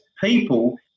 people